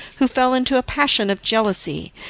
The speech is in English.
who fell into a passion of jealousy,